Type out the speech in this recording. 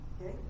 Okay